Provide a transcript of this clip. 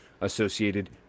associated